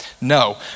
No